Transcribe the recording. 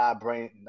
brain